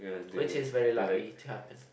which is very likely to happen